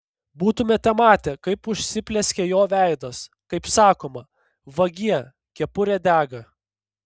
būtumėte matę kaip užsiplieskė jo veidas kaip sakoma vagie kepurė dega